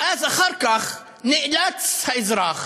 ואז, אחר כך נאלץ האזרח